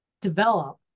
develop